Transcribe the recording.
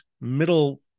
middle